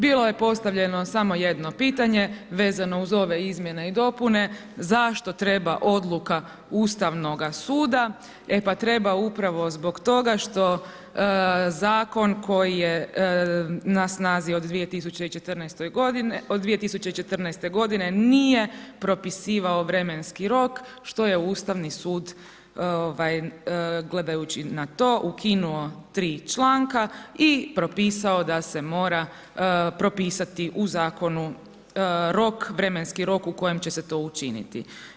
Bilo je postavljeno samo jedno pitanje vezano uz ove izmjene i dopune, zašto treba odluka Ustavnoga suda, e pa treba upravo zbog toga što zakon koji je na snazi od 2014. g. nije propisivao vremenski rok, što je Ustavni sud gledajući na to ukinuo 3 članka i propisao da se mora propisati u Zakonu, vremenski rok u kojem će se to učiniti.